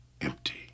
empty